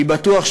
אני בטוח,